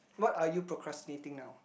what are you procrastinating now